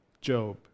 Job